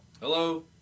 Hello